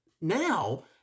now